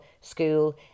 school